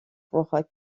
pour